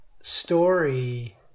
story